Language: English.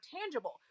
tangible